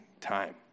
time